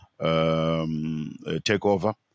takeover